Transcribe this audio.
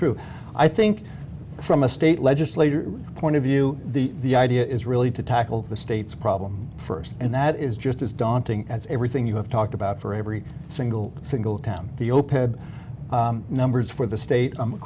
true i think from a state legislator point of view the idea is really to tackle the state's problem first and that is just as daunting as everything you have talked about for every single single town the open numbers for the state